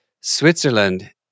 Switzerland